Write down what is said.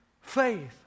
faith